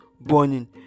burning